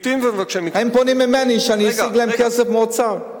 הם פונים אלי שאני אשיג להם כסף מהאוצר.